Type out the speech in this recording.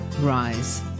Rise